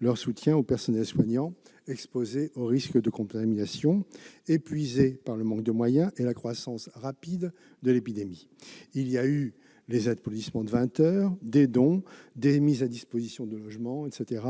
leur soutien aux personnels soignants exposés au risque de contamination, épuisés par le manque de moyens et la croissance rapide de l'épidémie. Il y a eu les applaudissements de vingt heures, des dons, des mises à disposition de logements, etc.